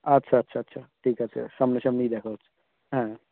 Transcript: আচ্ছা আচ্ছা আচ্ছা ঠিক আছে সামনাসামনিই দেখা হচ্ছে হ্যাঁ